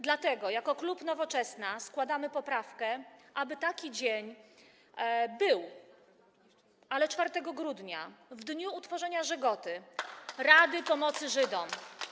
Dlatego jako klub Nowoczesna składamy poprawkę, aby taki dzień był, ale 4 grudnia - w dniu utworzenia „Żegoty”, Rady Pomocy Żydom.